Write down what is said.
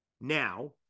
Now